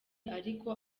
ariko